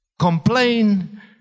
complain